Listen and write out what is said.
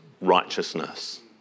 righteousness